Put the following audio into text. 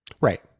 Right